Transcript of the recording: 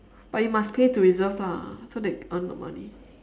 but you must pay to reserve lah so they earn the money